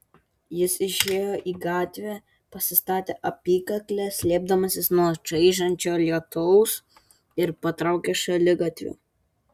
jis išėjo į gatvę pasistatė apykaklę slėpdamasis nuo čaižančio lietaus ir patraukė šaligatviu